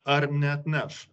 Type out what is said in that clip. ar neatneš